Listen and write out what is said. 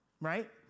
right